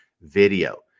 video